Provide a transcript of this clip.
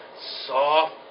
soft